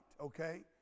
okay